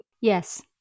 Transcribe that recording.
Yes